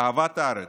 אהבת הארץ?